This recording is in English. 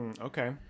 okay